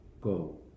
go